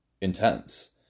intense